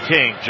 King